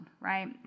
right